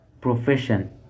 profession